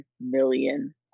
million